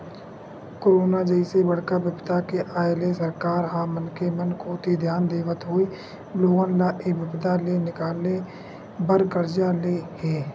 corona जइसे बड़का बिपदा के आय ले सरकार ह मनखे मन कोती धियान देवत होय लोगन ल ऐ बिपदा ले निकाले बर करजा ले हे